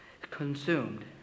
consumed